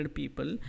people